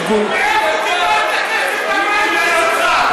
מאיפה קיבלת כסף לפריימריז שלך?